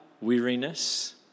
weariness